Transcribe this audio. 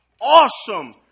Awesome